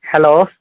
hello